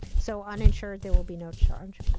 so, uninsured, there will be no charge.